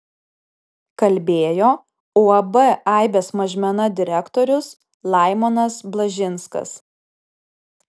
kalbėjo uab aibės mažmena direktorius laimonas blažinskas